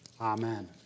amen